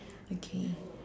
okay